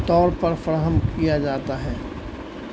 طور پر فراہم کیا جاتا ہے